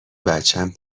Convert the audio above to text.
بچم